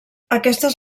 aquestes